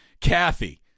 Kathy